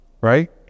Right